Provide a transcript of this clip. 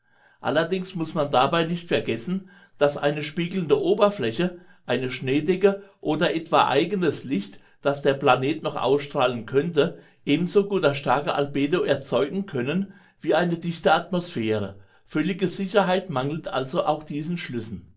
allerdings muß man dabei nicht vergessen daß eine spiegelnde oberfläche eine schneedecke oder etwa eigenes licht das der planet noch ausstrahlen könnte ebensogut das starke albedo erzeugen können wie eine dichte atmosphäre völlige sicherheit mangelt also auch diesen schlüssen